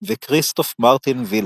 וכריסטוף מרטין וילנד.